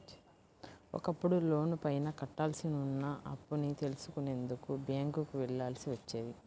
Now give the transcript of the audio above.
ఒకప్పుడు లోనుపైన కట్టాల్సి ఉన్న అప్పుని తెలుసుకునేందుకు బ్యేంకుకి వెళ్ళాల్సి వచ్చేది